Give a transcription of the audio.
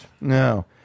No